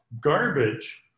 garbage